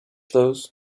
those